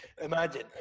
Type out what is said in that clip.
Imagine